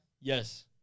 Yes